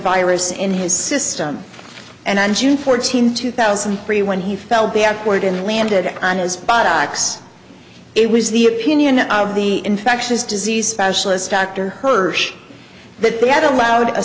virus in his system and on june fourteenth two thousand and three when he fell backward and landed on his box it was the opinion of the infectious disease specialist dr hirsch that we had allowed a